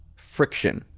friction.